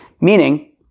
Meaning